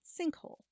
Sinkhole